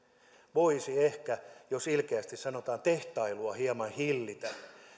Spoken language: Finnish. voisi ehkä jos ilkeästi sanotaan tehtailua hieman hillitä